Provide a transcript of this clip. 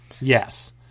Yes